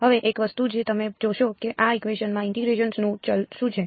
હવે એક વસ્તુ જે તમે જોશો કે આ ઇકવેશન માં ઇન્ટીગ્રેશન નું ચલ શું છે